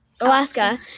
Alaska